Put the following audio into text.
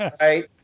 Right